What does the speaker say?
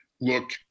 look